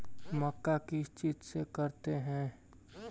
मक्का किस चीज से करते हैं?